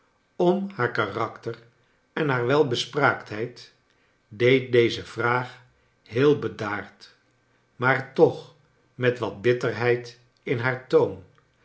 om haar karakter en haar welbespraaktheid r deed deze vraag heel bedaard maar toch met wat bitterheid in haar toon